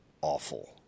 awful